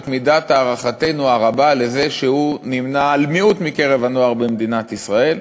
את הערכתנו הרבה לזה שהוא נמנה עם מיעוט מקרב הנוער במדינת ישראל,